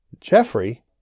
Jeffrey